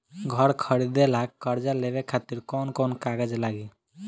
घर खरीदे ला कर्जा लेवे खातिर कौन कौन कागज लागी?